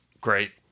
Great